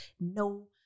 no